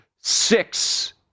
six